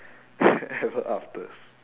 ever afters